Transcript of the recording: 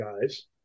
guys